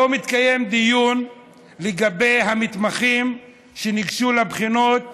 היום התקיים דיון לגבי המתמחים שניגשו לבחינות